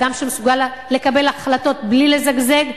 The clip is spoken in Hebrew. אדם שמסוגל לקבל החלטות בלי לזגזג.